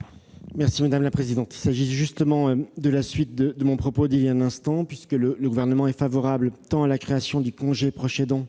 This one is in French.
est à M. le secrétaire d'État. À la suite de mon propos de l'instant précédent, j'indique que le Gouvernement est favorable tant à la création du congé de proche aidant